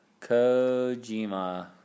Kojima